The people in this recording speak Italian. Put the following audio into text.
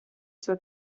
sua